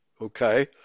okay